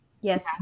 yes